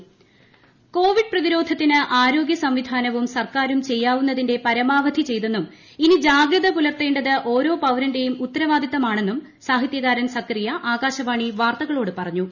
Covid സന്ദേശം intro covid പ്രതിരോധത്തിന് ആരോഗ്യ സംവിധാനവും സർക്കാരും ചെയ്യാവുന്നതിന്റെ പരമാവധി ചെയ്തെന്നും ഇനി ജാഗ്രത പുലർത്തേണ്ടത് ഓരോ പൌരന്റെയും ഉത്തരവാദിത്തമാണെന്നും സാഹിത്യകാരൻ സക്കറിയ ആകാശവാണി വാർത്തകളോട് പറഞ്ഞു